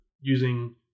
using